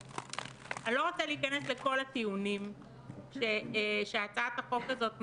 אני לא רוצה להיכנס לכל הטיעונים שהצעת החוק הזאת מעלה.